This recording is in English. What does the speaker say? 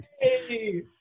Yay